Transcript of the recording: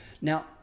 Now